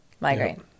Migraine